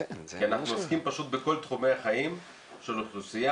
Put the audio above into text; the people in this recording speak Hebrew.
כי אנחנו עוסקים פשוט בכל תחומי החיים של אוכלוסייה